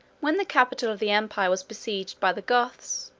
when the capital of the empire was besieged by the goths,